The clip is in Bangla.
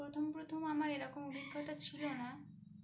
প্রথম প্রথম আমার এরকম অভিজ্ঞতা ছিল না